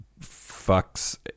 fucks